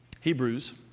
Hebrews